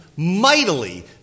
mightily